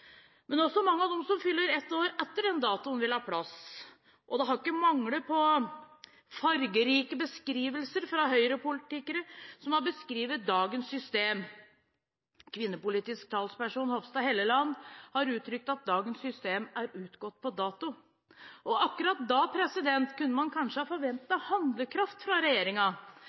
Men også mange av dem som fyller ett år etter den datoen, vil ha plass. Det har ikke manglet på fargerike beskrivelser fra Høyre-politikere som har beskrevet dagens system. Kvinnepolitisk talsperson Hofstad Helleland har uttrykt at dagens system er utgått på dato. Akkurat da kunne man kanskje forventet handlekraft fra